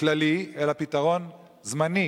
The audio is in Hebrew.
כללי אלא פתרון זמני.